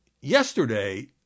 yesterday